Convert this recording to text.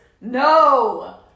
No